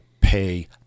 pay